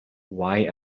why